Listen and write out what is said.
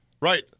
right